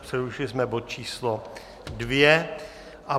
Přerušili jsme bod číslo 2.